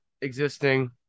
existing